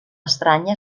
estranya